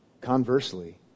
conversely